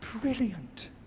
brilliant